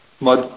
mud